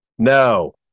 No